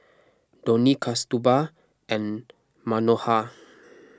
Dhoni Kasturba and Manohar